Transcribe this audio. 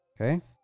Okay